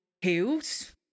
heels